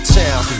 town